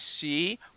see